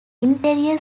interior